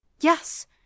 Yes